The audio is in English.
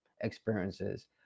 experiences